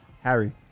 Harry